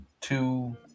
two